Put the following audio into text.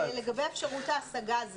לגבי אפשרות ההשגה המנהלית,